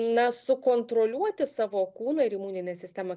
na sukontroliuoti savo kūną ir imuninę sistemą